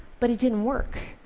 but it didn't work.